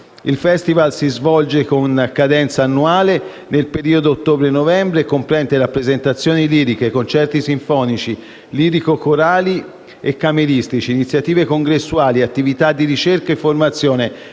Il Festival si svolge con cadenza annuale nel periodo ottobre-novembre e comprende rappresentazioni liriche, concerti sinfonici, lirico-corali e cameristici, iniziative congressuali, attività di ricerca e formazione